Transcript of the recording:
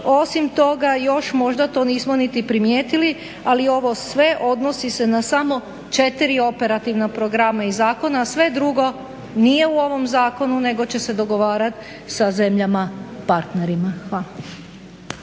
osim toga još možda to nismo niti primijetili ali ovo sve odnosi se na samo 4 operativna programa i zakona, a sve drugo nije u ovom zakonu nego će se dogovarati sa zemljama partnerima. Hvala.